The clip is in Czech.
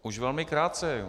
Už velmi krátce.